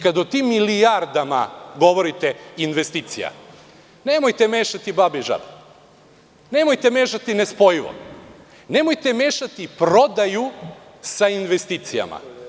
Kada o tim milijardama govorite investicija, nemojte mešati babe i žabe, nemojte mešati nespojivo, nemojte mešati prodaju sa investicijama.